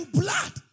blood